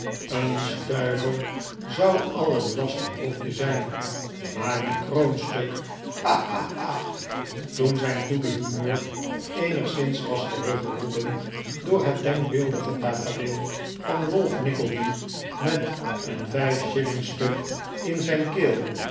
een stuiver zou al een lastig brokje zijn maar een kroonstuk ha ha ha toen zijn goede humeur eenigszins was teruggeroepen door het denkbeeldige tafereel van ralph nickleby met een vijf shillingstuk in zijn keel